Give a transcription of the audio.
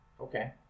okay